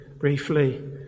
Briefly